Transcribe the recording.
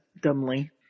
dumbly